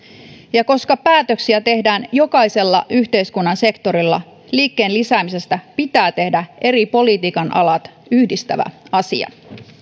ja koska päätöksiä tehdään jokaisella yhteiskunnan sektorilla liikkeen lisäämisestä pitää tehdä eri politiikan alat yhdistävä asia